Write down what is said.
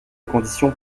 conditions